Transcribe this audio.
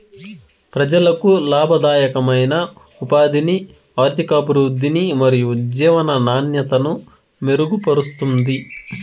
ప్రజలకు లాభదాయకమైన ఉపాధిని, ఆర్థికాభివృద్ధిని మరియు జీవన నాణ్యతను మెరుగుపరుస్తుంది